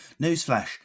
Newsflash